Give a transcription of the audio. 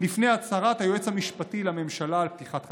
לפני הצהרת היועץ המשפטי לממשלה על פתיחת חקירה.